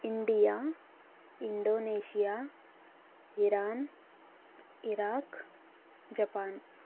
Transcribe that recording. India Indonesia Iran Iraq Japan